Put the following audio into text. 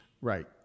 Right